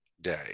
day